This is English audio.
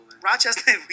Rochester